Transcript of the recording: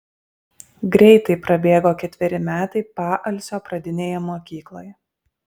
greitai prabėgo ketveri metai paalsio pradinėje mokykloje